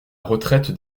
retraite